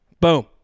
Boom